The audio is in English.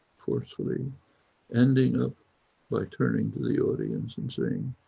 forcefully ending up by turning to the audience and saying,